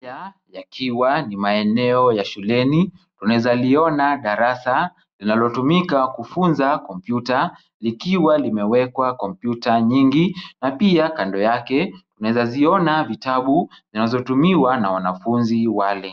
Haya yakiwa ni maeneo ya shuleni. Unaweza liona darasa linalotumika kufunza kompyuta, likiwa limewekwa kompyuta nyingi na pia kando yake unaweza ziona vitabu zinazotumiwa na wanafunzi wale.